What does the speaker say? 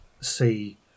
see